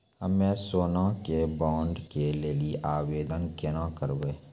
हम्मे सोना के बॉन्ड के लेली आवेदन केना करबै?